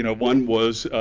and one was,